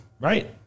right